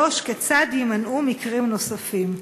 3. כיצד יימנעו מקרים נוספים?